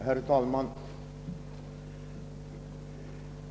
Herr talman!